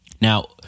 Now